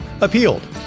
appealed